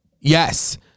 Yes